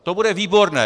To bude výborné!